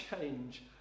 change